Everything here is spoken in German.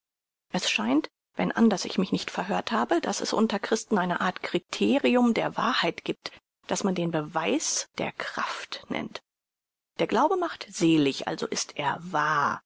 es scheint wenn anders ich mich nicht verhört habe daß es unter christen eine art kriterium der wahrheit giebt das man den beweis der kraft nennt der glaube macht selig also ist er wahr